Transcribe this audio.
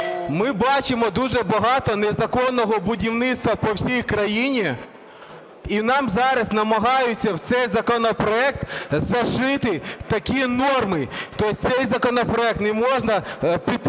Ми бачимо дуже багато незаконного будівництва по всій країні і нам зараз намагаються в цей законопроект зашити такі норми. То цей законопроект не можна підтримувати